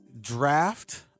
draft